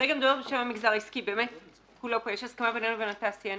כרגע אני מדברת בשם המגזר העסקי - יש הסכמה בינינו לבין התעשיינים